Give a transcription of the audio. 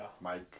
Mike